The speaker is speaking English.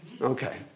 Okay